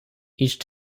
each